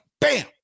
bam